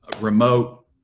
remote